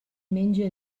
menja